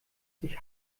sich